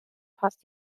passt